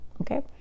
okay